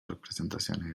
representaciones